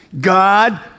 God